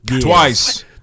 Twice